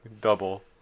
double